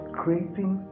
creating